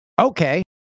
okay